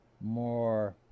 more